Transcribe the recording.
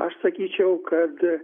aš sakyčiau kad